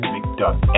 McDuck